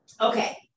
okay